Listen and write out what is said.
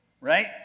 Right